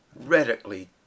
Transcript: radically